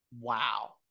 wow